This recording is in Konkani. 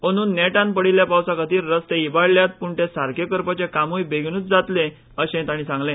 अंद् नेटान पडिल्ल्या पावसाखातीर रस्ते इबाडल्यात पूण ते सारखे करपाचे कामूंय बेगिनूच जातले अशेंय तांणी सांगले